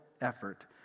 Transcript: effort